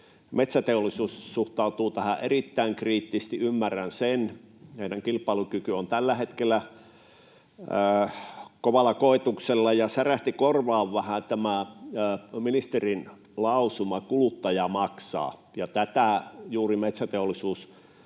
metsäteollisuus suhtautuu tähän erittäin kriittisesti. Ymmärrän sen. Heidän kilpailukykynsä on tällä hetkellä kovalla koetuksella, ja särähti korvaan vähän tämä ministerin lausuma ”kuluttaja maksaa”. Tätä juuri metsäteollisuus